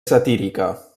satírica